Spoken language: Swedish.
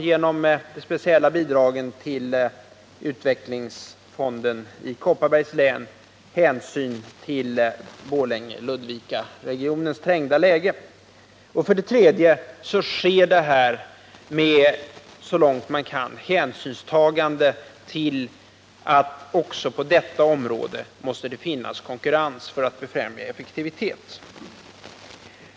Genom särskilda bidrag till utvecklingsfonden i Kopparbergs län tas dessutom speciell hänsyn till Borlänge Ludvikaregionens trängda läge. För det tredje vidtas åtgärderna med största möjliga hänsynstagande till att det också på detta område måste finnas konkurrens för att befrämja effektivitet.